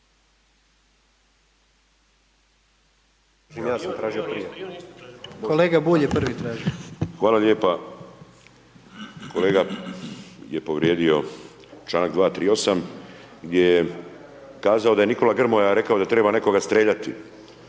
**Bulj, Miro (MOST)** Hvala lijepo. Kolega je povrijedio čl. 238. gdje je kazao da Nikola Grmoja rekao da treba nekoga streljati.